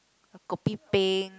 Kopi peng